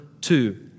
two